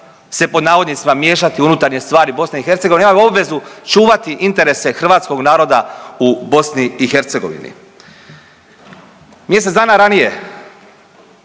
se pod navodnicima miješati u unutarnje stvari BiH i ima obvezu čuvati interese hrvatskog naroda u BiH. Mjesec dana ranije